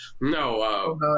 no